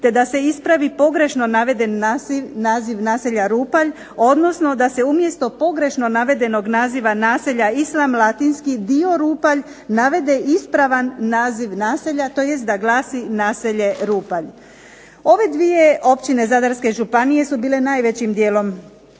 te da se ispravi pogrešno naveden naziv naselja Rupalj, odnosno da se umjesto pogrešno navedenog naziva naselja Islam Latinski dio Rupalj navede ispravan naziv naselja, tj. da glasi naselje Rupalj. Ove dvije općine Zadarske županije su bile najvećim dijelom